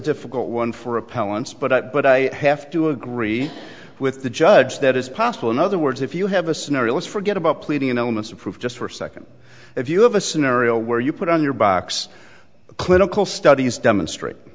difficult one for appellants but but i have to agree with the judge that is possible in other words if you have a scenario let's forget about pleading illness or proof just for a second if you have a scenario where you put on your box a clinical studies demonstrate